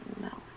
No